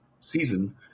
season